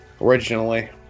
originally